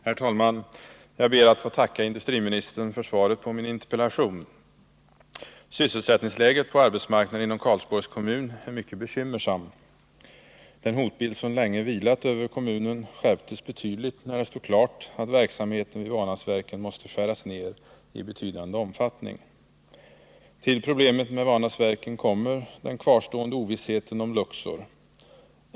Herr talman! Jag ber att få tacka industriministern för svaret på min interpellation. Sysselsättningsläget på arbetsmarknaden inom Karlsborgs kommun är mycket bekymmersamt. Den hotbild som länge vilat över kommunen skärptes betydligt, när det stod klart att verksamheten vid Vanäsverken måste skäras ned i betydande omfattning. Till problemet med Vanäsverken kommer den kvarstående ovissheten om Luxor.